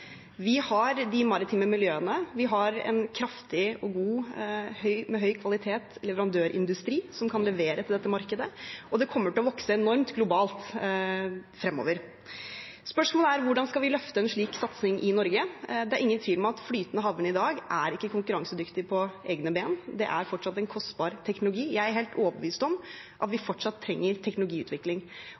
Vi har de maritime miljøene, vi har en kraftig og god leverandørindustri med høy kvalitet som kan levere til dette markedet, og det kommer til å vokse enormt globalt fremover. Spørsmålet er: Hvordan skal vi løfte en slik satsing i Norge? Det er ingen tvil om at flytende havvind i dag ikke er konkurransedyktig på egne ben. Det er fortsatt en kostbar teknologi. Jeg er helt overbevist om at vi fortsatt trenger teknologiutvikling,